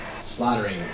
slaughtering